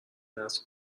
نصب